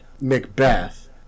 Macbeth